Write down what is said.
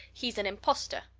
he's an impostor!